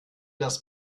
das